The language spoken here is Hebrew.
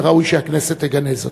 וראוי שהכנסת תגנה זאת.